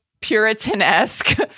Puritan-esque